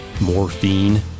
morphine